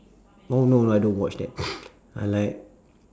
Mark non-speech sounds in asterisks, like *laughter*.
oh no I don't watch that *breath* I like